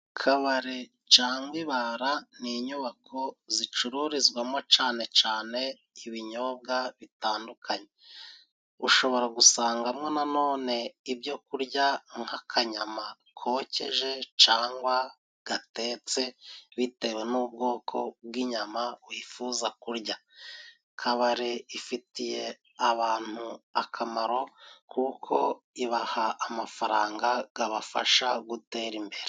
Kabare cange ibara ni inyubako zicururizwamo cane cane, ibinyobwa bitandukanye. Ushobora gusangamo nanone ibyo kurya nk'akanyama kokeje; cangwa gatetse bitewe n'ubwoko bw'inyama wifuza kurya. Kabare ifitiye abantu akamaro kuko ibaha amafaranga gabafasha gutera imbere.